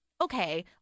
okay